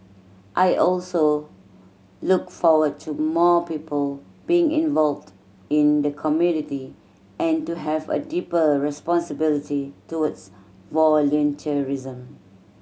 I also look forward to more people being involved in the community and to have a deeper responsibility towards volunteerism